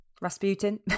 Rasputin